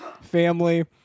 family